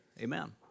amen